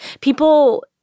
People